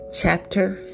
Chapter